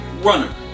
runner